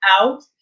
out